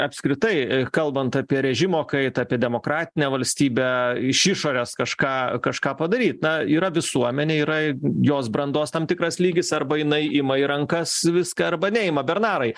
apskritai kalbant apie režimo kaitą apie demokratinę valstybę iš išorės kažką kažką padaryt na yra visuomenė yra jos brandos tam tikras lygis arba jinai ima į rankas viską arba neima bernarai